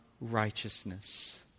righteousness